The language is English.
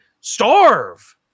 starve